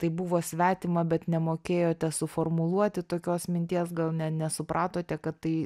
tai buvo svetima bet nemokėjote suformuluoti tokios minties gal ne nesupratote kad tai